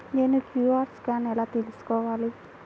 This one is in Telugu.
నేను క్యూ.అర్ స్కాన్ ఎలా తీసుకోవాలి?